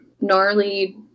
gnarly